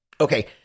Okay